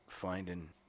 finding